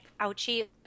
ouchie